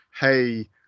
Hey